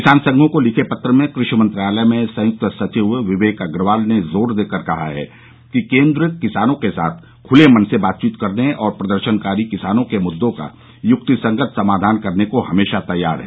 किसान संघों को लिखे पत्र में कृषि मंत्रालय में संयुक्त सचिव विवेक अग्रवाल ने जोर देकर कहा है केन्द्र किसानों के साथ खुले मन से बातचीत करने और प्रदर्शनकारी किसानों के मुद्रों का युक्तिसंगत समाधान करने को हमेशा तैयार है